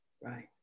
Right